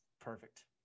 Perfect